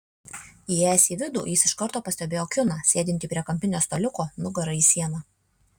įėjęs į vidų jis iš karto pastebėjo kiuną sėdintį prie kampinio staliuko nugara į sieną